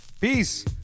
Peace